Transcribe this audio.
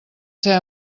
ser